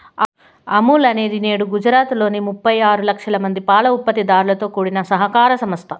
అమూల్ అనేది నేడు గుజరాత్ లోని ముప్పై ఆరు లక్షల మంది పాల ఉత్పత్తి దారులతో కూడిన సహకార సంస్థ